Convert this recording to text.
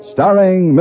Starring